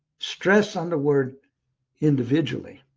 stress on the word individually.